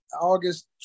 August